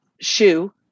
shoe